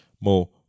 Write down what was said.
more